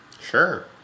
Sure